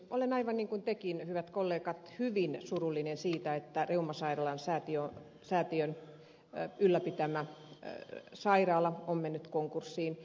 olen aivan niin kuin tekin hyvät kollegat hyvin surullinen siitä että reumasäätiön ylläpitämä sairaala on mennyt konkurssiin